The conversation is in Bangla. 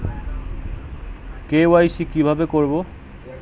কে.ওয়াই.সি কিভাবে করব?